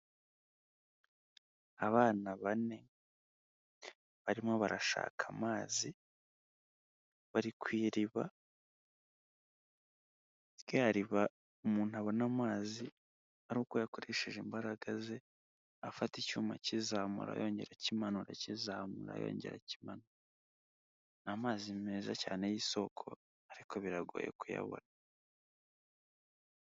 Abana bane barimo barashaka amazi, bari ku iriba, rya riba umuntu abona amazi ari uko yakoresheje imbaraga ze, afata icyuma akizamura yongera akimanura, akizamura yongera akimanura. Ni amazi meza cyane y'isoko ariko biragoye kuyabona.